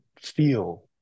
feel